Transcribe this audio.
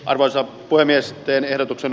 arvoisa puhemies teen ehdotuksen